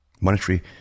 Monetary